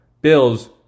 Bills